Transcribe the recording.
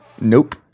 Nope